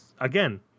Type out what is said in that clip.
again